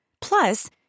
Plus